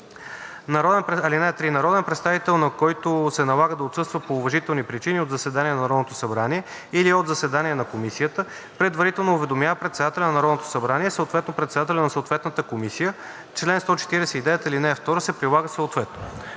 (3) Народен представител, на който се налага да отсъства по уважителни причини от заседание на Народното събрание или от заседание на комисия, предварително уведомява председателя на Народното събрание, съответно председателя на съответната комисия. Член 149, ал. 2 се прилага съответно.“